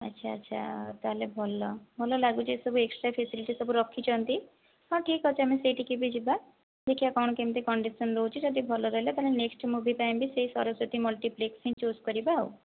ଆଚ୍ଛା ଆଚ୍ଛା ତାହେଲେ ଭଲ ଭଲ ଲାଗୁଛି ଏ ସବୁ ଏକ୍ସଟ୍ରା ଫେସିଲିଟି ସବୁ ରଖିଛନ୍ତି ହଁ ଠିକ୍ଅଛି ଆମେ ସେଇଠି କି ବି ଯିବା ଦେଖିଆ କ'ଣ କେମିତି କଣ୍ଡିସନ ରହୁଛି ଯଦି ଭଲ ରହିଲା ତାହେଲେ ନେକ୍ସଟ ମୁଭି ପାଇଁ ବି ସେଇ ସରସ୍ୱତୀ ମଲ୍ଟିପ୍ଲେସ ହିଁ ଚୁସ କରିବା ଆଉ